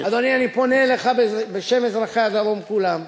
אדוני, אני פונה אליך בשם אזרחי הדרום כולם.